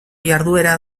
jarduera